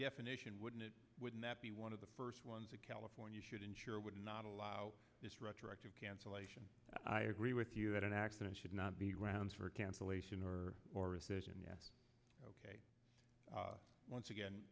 definition wouldn't it wouldn't that be one of the first ones that california should ensure would not allow this retroactive cancellation i agree with you that an accident should not be grounds for a cancellation or for recision yes ok once again